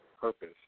purpose